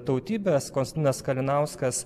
tautybės kostantinas kalinauskas